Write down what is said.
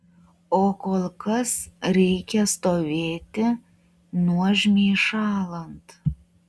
o kol kas reikia stovėti nuožmiai šąlant